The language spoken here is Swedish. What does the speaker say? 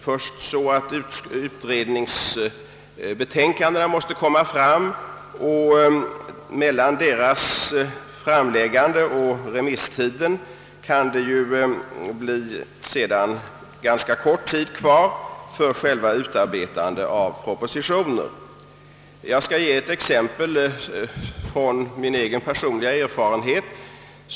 Först skall utredningsbetänkandena framläggas, och mellan den dagen och remisstidens utgång kan det vara ganska kort tid för utarbetandet av propositioner. Jag kan därvidlag ta ett exempel från min egen erfarenhet.